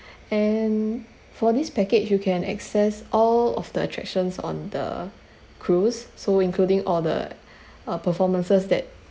and for this package you can access all of the attractions on the cruise so including all the uh performances that